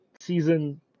season